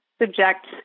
subject